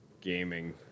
gaming